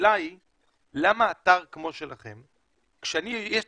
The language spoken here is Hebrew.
למה אין